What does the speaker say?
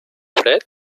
fred